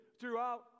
throughout